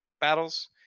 battles